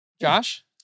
Josh